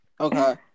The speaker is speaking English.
Okay